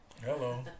Hello